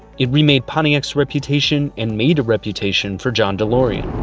it remade pontiac's reputation and made a reputation for john delorean.